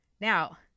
Now